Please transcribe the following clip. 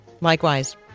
Likewise